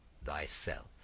thyself